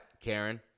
Karen